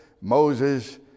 Moses